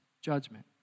judgment